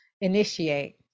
initiate